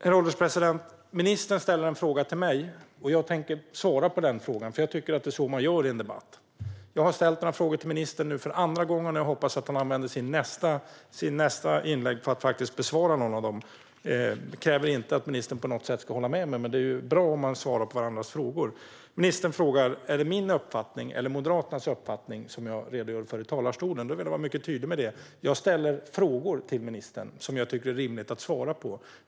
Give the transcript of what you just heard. Herr ålderspresident! Ministern ställde en fråga till mig. Jag tänker svara på den frågan, för jag tycker att det är så man gör i en debatt. Jag har nu ställt några frågor till ministern för andra gången, och jag hoppas att han använder sitt nästa inlägg till att besvara någon av dem. Jag kräver inte att ministern på något sätt ska hålla med mig, men det är ju bra om man svarar på varandras frågor. Ministern frågade om det var min eller Moderaternas uppfattning som jag redogjorde för i talarstolen. Jag vill vara mycket tydlig med att jag ställer frågor till ministern som jag tycker är rimliga att svara på.